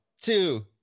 two